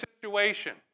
situation